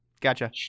Gotcha